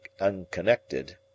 unconnected